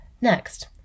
Next